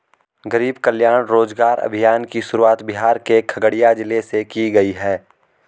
गरीब कल्याण रोजगार अभियान की शुरुआत बिहार के खगड़िया जिले से की गयी है